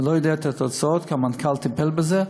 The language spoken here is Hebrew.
אני לא יודע את התוצאות כי המנכ"ל טיפל בזה,